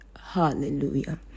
hallelujah